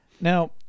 Now